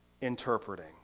interpreting